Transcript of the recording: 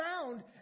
found